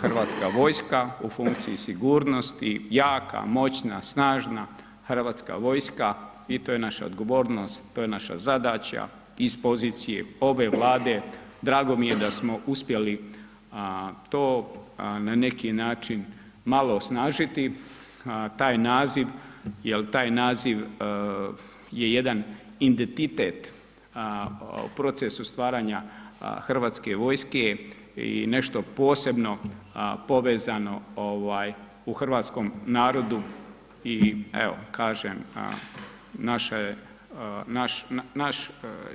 Hrvatska vojska u funkciji sigurnosti, jaka, moćna, snažna Hrvatska vojska i to je naša odgovornost, to je naša zadaća i s pozicije ove Vlade drago mi je da smo uspjeli to na neki način malo osnažiti taj naziv, jel taj naziv je jedan identitet u procesu stvaranja Hrvatske vojske i nešto posebno povezano ovaj u hrvatskom narodu i evo kažem, naše, naš